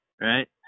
Right